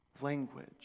language